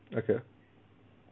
okay